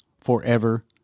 forever